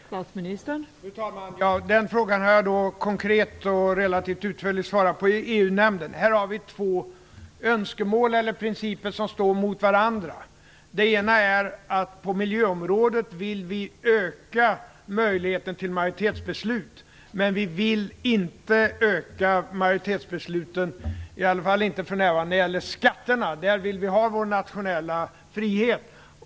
Fru talman! Den frågan har jag konkret och relativt utförligt svarat på i EU-nämnden. Här har vi två önskemål/principer som står mot varandra. På miljöområdet vill vi öka möjligheten till majoritetsbeslut. Men vi vill inte, i varje fall inte för närvarande, utöka majoritetsbesluten när det gäller skatterna. Där vill vi ha vår nationella frihet.